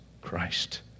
Christ